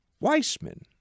Weissman